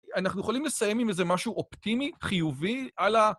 אנחנו יכולים לסיים עם איזה משהו אופטימי, חיובי, על ה...